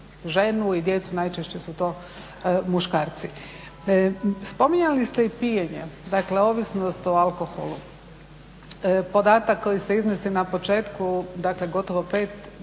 ženu i djecu. Najčešće su to muškarci. Spominjali ste i pijenje, dakle ovisnost o alkoholu. Podatak koji se iznosi na početku dakle gotovo pet